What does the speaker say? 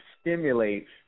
stimulates